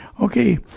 Okay